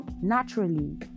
Naturally